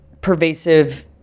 pervasive